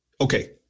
Okay